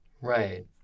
Right